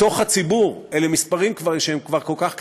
בתוך הציבור אלה מספרים שהם כבר כל כך קטנים,